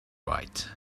right